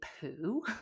poo